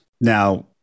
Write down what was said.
Now